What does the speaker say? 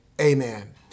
Amen